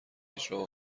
اجرا